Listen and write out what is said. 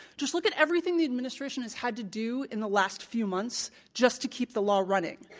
just look at everything the administration has had to do in the last few months just to keep the law running.